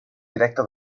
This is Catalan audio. directa